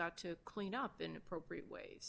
got to clean up in appropriate way